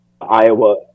Iowa